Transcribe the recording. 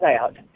out